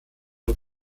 und